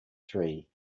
three